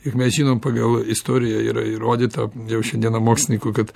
ir mes žinom pagal istoriją yra įrodyta jau šiandieną mokslininkų kad